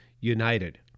united